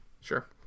Sure